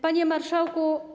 Panie Marszałku!